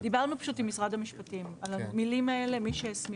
דיברנו פשוט עם משרד המשפטים על המילים האלה: "מי שהסמיכו".